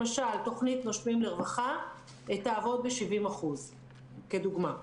תוכנית נושמים לרווחה תעבוד ב-70%, כדוגמה.